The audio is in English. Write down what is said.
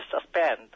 suspend